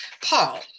Paul